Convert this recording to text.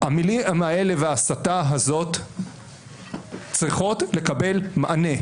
המילים האלה וההסתה הזאת צריכות לקבל מענה.